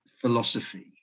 philosophy